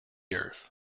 earth